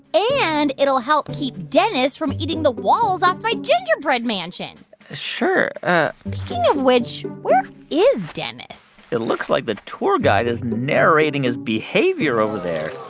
and it'll help keep dennis from eating the walls off my gingerbread mansion sure speaking of which, where is dennis? it looks like the tour guide is narrating his behavior over there